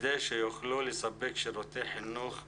כדי שיוכלו לספק שירותי חינוך הולמים.